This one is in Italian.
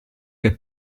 che